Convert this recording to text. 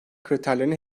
kriterlerini